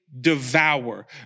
Devour